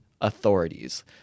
authorities